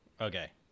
Okay